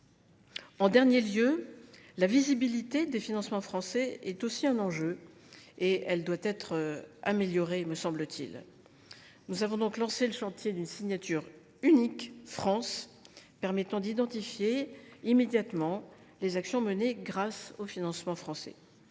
j’estime que la visibilité des financements français, qui constitue un autre enjeu, doit être améliorée. Nous avons donc lancé le chantier d’une signature unique « France », permettant d’identifier immédiatement les actions menées grâce aux financements français.